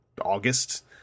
August